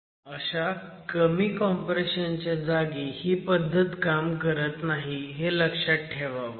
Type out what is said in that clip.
अशा कमी कॉम्प्रेशन च्या जागी ही पद्धत काम करत नाही हे लक्षात ठेवावं